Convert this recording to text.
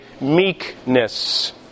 meekness